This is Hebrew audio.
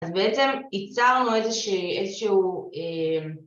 ‫אז בעצם ייצרנו איזשהו...